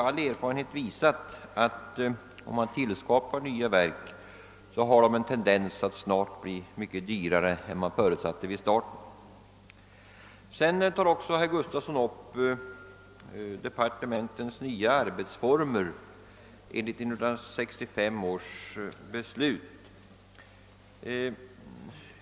All erfarenhet visar att nya verk har en tendens att snart bli mycket dyrare än man förutsatte vid starten. Herr Gustafsson tog också upp departementens nya arbetsformer enligt 1965 års beslut.